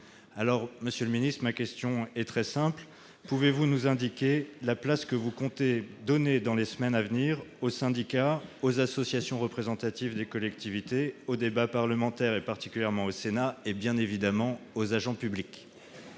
Alors, monsieur le secrétaire d'État, pouvez-vous nous indiquer la place que vous comptez donner, dans les semaines à venir, aux syndicats, aux associations représentatives des collectivités, au débat parlementaire, en particulier au Sénat, et bien évidemment aux agents publics ?